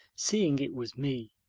seeing it was me,